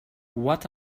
what